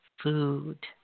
food